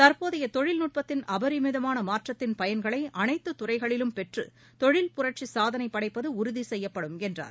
தற்போதைய தொழில் நுட்பத்தின் அபரிமிதமான மாற்றத்தின் பயன்களை அனைத்து துறைகளிலும் பெற்று தொழில் புரட்சி சாதனை படைப்பது உறுதி செய்யப்படும் என்றார்